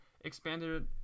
expanded